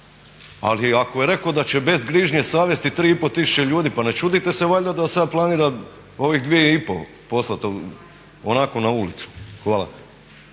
Ali ako je rekao da će bez grižnje savjesti 3,5 tisuće ljudi, pa ne čudite se valjda da sada planira ovih 2,5 poslati onako na ulicu. Hvala.